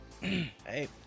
hey